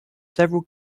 several